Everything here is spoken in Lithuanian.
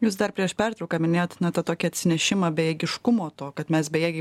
jūs dar prieš pertrauką minėjot na tą tokį atsinešimą bejėgiškumo to kad mes bejėgiai